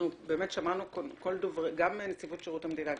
אנחנו באמת שמענו כאן גם את נציבות שירות המדינה,